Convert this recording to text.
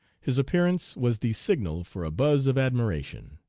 his appearance was the signal for a buzz of admiration.